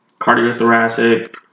cardiothoracic